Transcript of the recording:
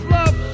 love